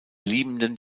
liebenden